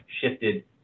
shifted